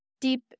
deep